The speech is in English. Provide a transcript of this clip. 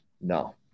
No